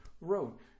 wrote